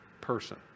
person